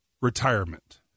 retirement